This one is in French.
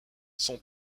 son